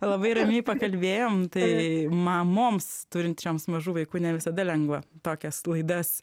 labai ramiai pakalbėjom tai mamoms turinčioms mažų vaikų ne visada lengva tokias laidas